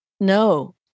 No